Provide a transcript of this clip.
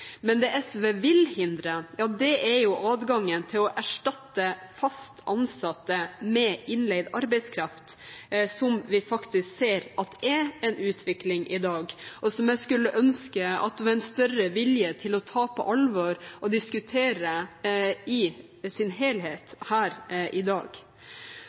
men det SV vil hindre, er adgangen til å erstatte fast ansatte med innleid arbeidskraft, som vi faktisk ser er en utvikling i dag, og som jeg skulle ønske at det var en større vilje til å ta på alvor og diskutere i sin helhet her i dag.